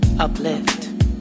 Uplift